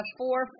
four